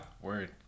Word